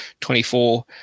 24